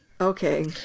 okay